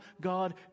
God